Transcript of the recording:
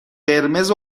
قرمز